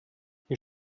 hier